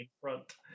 front